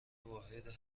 واحد